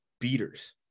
beaters